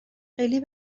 خیلی